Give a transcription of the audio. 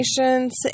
patients